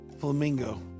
flamingo